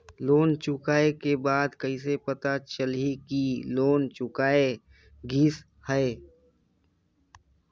Loan चुकाय के बाद कइसे पता चलही कि लोन चुकाय गिस है?